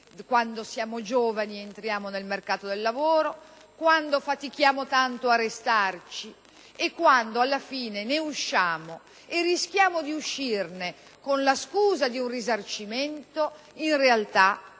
quando siamo giovani ed entriamo nel mercato del lavoro, quando fatichiamo tanto a restarci e quando alla fine ne usciamo e rischiamo di farlo con la scusa di un risarcimento, in realtà più